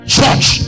Church